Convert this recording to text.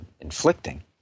inflicting